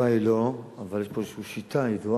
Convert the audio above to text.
התשובה היא לא, אבל יש פה איזו שיטה ידועה.